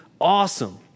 awesome